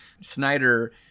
Snyder